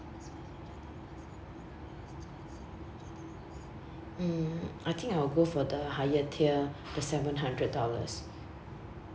mm I think I will go for the higher tier the seven hundred dollars